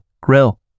grill